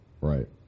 Right